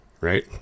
right